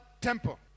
temple